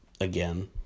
Again